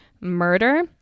murder